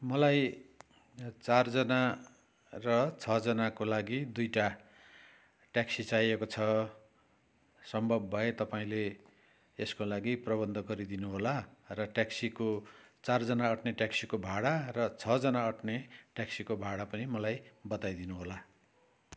मलाई चारजना र छजनाको लागि दुईवटा ट्याक्सी चाहिएको छ सम्भव भए तपाईँले यसको लागि प्रबन्ध गरिदिनु होला र ट्याक्सीको चारजना आट्ने ट्याक्सीको भाडा र छजना आट्ने ट्याक्सीको भाडा पनि मलाई बताई दिनुहोला